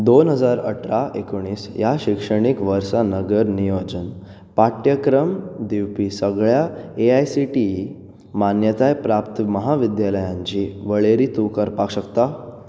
दोन हजार अठरा एकुणीस ह्या शिक्षणीक वर्सा नगर नियोजन पाठ्यक्रम दिवपी सगळ्या A I C T E मान्यताय प्राप्त म्हाविद्यालयांची वळेरी तूं करपाक शकता